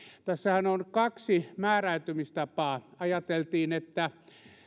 tässähän on kaksi määräytymistapaa ajateltiin että